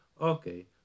okay